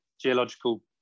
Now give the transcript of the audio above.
geological